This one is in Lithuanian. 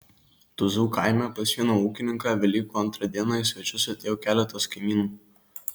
tuzų kaime pas vieną ūkininką velykų antrą dieną į svečius atėjo keletas kaimynų